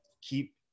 keep